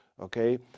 Okay